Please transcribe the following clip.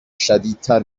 شدیدتر